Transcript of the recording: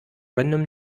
random